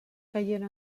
caient